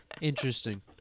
Interesting